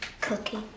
Cookie